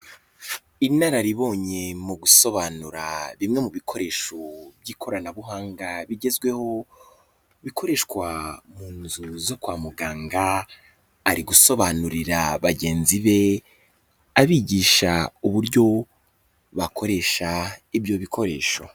Inararibonye mu gusobanura bimwe mu bikoresho by'ikoranabuhanga bigezweho bikoreshwa mu nzu zo kwa muganga, ari gusobanurira bagenzi be abigisha uburyo bakoresha ibyo bikoresho.